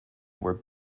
were